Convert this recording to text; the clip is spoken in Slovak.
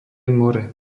more